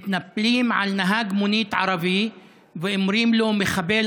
מתנפלים על נהג מונית ערבי ואומרים לו: מחבל,